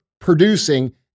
producing